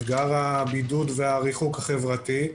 אתגר הבידוד והריחוק החברתי,